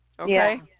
Okay